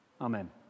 Amen